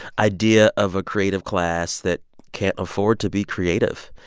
idea of a creative class that can't afford to be creative.